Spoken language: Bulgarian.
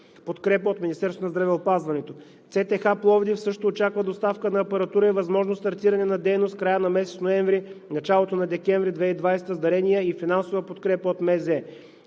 помощ от Министерството на здравеопазването. ЦТХ-Пловдив също очаква доставка на апаратура и възможно стартиране на дейност в края на месец ноември-началото на месец декември 2020 г. с дарения и финансова подкрепа от